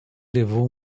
levou